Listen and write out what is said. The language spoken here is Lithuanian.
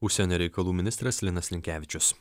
užsienio reikalų ministras linas linkevičius